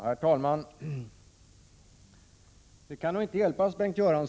Herr talman!